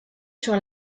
sur